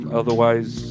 otherwise